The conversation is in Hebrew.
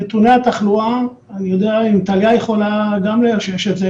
נתוני התחלואה טליה גם יכולה לאשש את זה,